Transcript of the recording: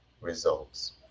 results